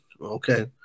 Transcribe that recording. Okay